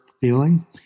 feeling